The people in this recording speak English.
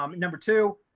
um number two,